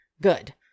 good